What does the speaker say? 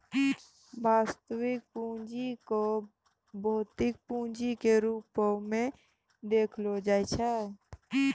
वास्तविक पूंजी क भौतिक पूंजी के रूपो म देखलो जाय छै